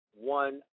one